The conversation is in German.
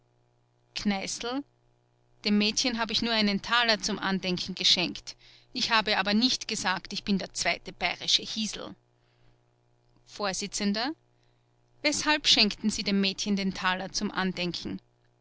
kneißl dem mädchen habe ich nur einen taler zum andenken geschenkt ich habe aber nicht gesagt ich bin der zweite bayerische hiesel vors weshalb schenkten sie dem mädchen den taler zum andenken